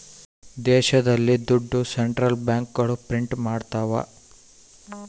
ದೇಶದಲ್ಲಿ ದುಡ್ಡು ಸೆಂಟ್ರಲ್ ಬ್ಯಾಂಕ್ಗಳು ಪ್ರಿಂಟ್ ಮಾಡ್ತವ